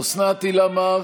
מארק,